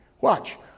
Watch